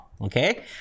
Okay